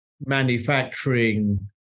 manufacturing